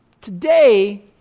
today